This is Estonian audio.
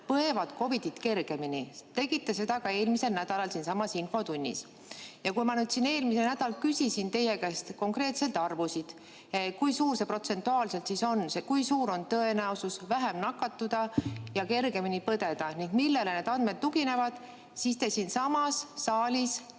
põevad COVID‑it kergemini. Te tegite seda ka eelmisel nädalal siinsamas infotunnis. Ja kui ma siin eelmisel nädalal küsisin teie käest konkreetseid arvusid, kui suur see protsentuaalselt siis on, kui suur on tõenäosus vähem nakatuda ja kergemini põdeda ning millele need andmed tuginevad, siis te siinsamas saalis lubasite